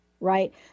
right